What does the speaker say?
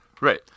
Right